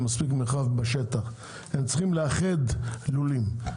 מספיק מרחב בשטח אז הם צריכים לאחד לולים.